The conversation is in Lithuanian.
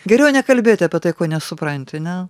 geriau nekalbėti apie tai ko nesupranti ne